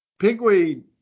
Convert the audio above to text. pigweed